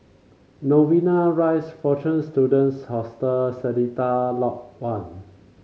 Novena Rise Fortune Students Hostel Seletar Lodge One